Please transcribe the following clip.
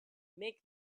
make